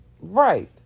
Right